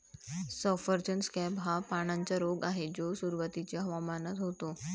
सफरचंद स्कॅब हा पानांचा रोग आहे जो सुरुवातीच्या हवामानात होतो